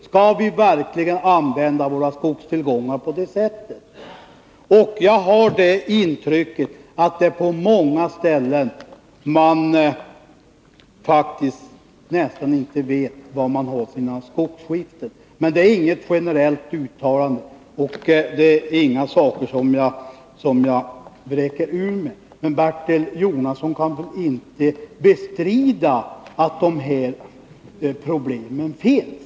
Skall vi verkligen använda våra skogstillgångar på det sättet? Jag har det intrycket att det är på många ställen man faktiskt nästan inte vet var man har sina skogsskiften. Men det är inget generellt uttalande, och det äringa saker som jag vräker ur mig. Men Bertil Jonasson kan inte bestrida att det här problemet finns.